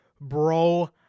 bro